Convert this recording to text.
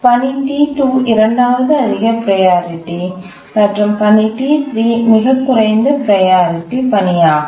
பணி T2 இரண்டாவது அதிக ப்ரையாரிட்டி மற்றும் பணி T3 மிகக் குறைந்த ப்ரையாரிட்டி பணியாகும்